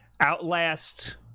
Outlast